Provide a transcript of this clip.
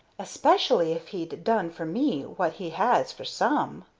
especially if he'd done for me what he has for some.